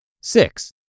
Six